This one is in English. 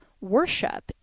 worship